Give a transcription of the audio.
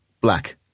black